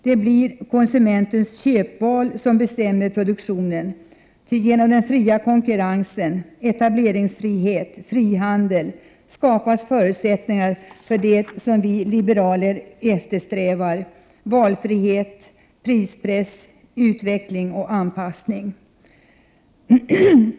Det blir konsumentens köpval som bestämmer produktionen, ty genom den fria konkurrensen — etableringsfrihet, frihandel — skapas förutsättningar för det vi som liberaler eftersträvar: valfrihet, prispress, utveckling och anpassning.